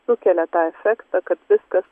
sukelia tą efektą kad viskas